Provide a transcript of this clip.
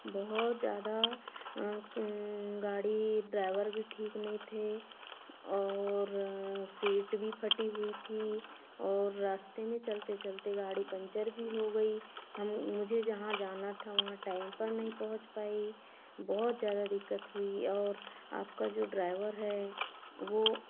बहुत ज़्यादा गाड़ी ड्राइवर भी ठीक नहीं थे और सीट भी फटी हुई थी और रास्ते में चलते चलते गाड़ी पंचर भी हो गई हम मुझे जहाँ जाना था वहाँ टाइम पर नहीं पहुँच पाई बहुत ज़्यादा दिक्कत हुई और आपका जो ड्राइवर है वो